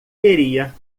teria